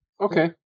Okay